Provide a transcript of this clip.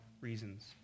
reasons